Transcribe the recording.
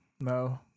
no